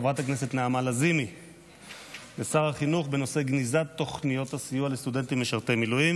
1259. גניזת תוכנית הסיוע לסטודנטים משרתי מילואים